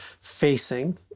facing